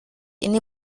ini